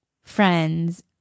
friends